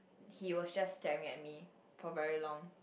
he was just staring at me for very long